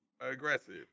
aggressive